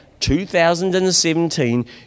2017